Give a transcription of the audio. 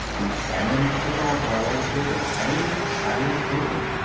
examined the gargoyles with the same silent attention.